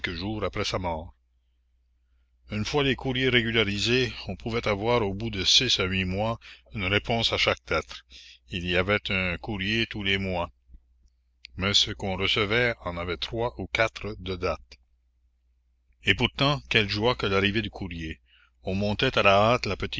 jours après sa mort une fois les courriers régularisés on pouvait avoir au bout de six à huit mois une réponse à chaque lettre il y avait un courrier tous les mois mais ce qu'on recevait en avait trois ou quatre de date et pourtant quelle joie que l'arrivée du courrier on montait à la hâte